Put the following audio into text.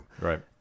Right